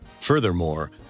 Furthermore